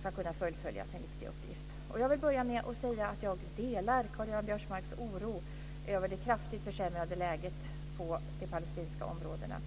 ska kunna fullfölja sin viktiga uppgift. Jag vill börja med att säga att jag delar Karl Göran Biörsmarks oro över det kraftigt försämrade läget på de palestinska områdena.